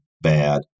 bad